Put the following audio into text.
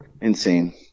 insane